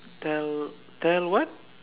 tell tell what